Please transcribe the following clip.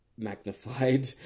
magnified